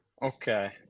Okay